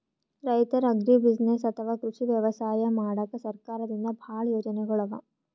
ರೈತರ್ ಅಗ್ರಿಬುಸಿನೆಸ್ಸ್ ಅಥವಾ ಕೃಷಿ ವ್ಯವಸಾಯ ಮಾಡಕ್ಕಾ ಸರ್ಕಾರದಿಂದಾ ಭಾಳ್ ಯೋಜನೆಗೊಳ್ ಅವಾ